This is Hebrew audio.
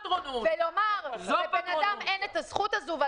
לומר שלאדם אין את הזכות הזו?